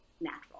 natural